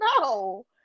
no